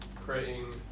creating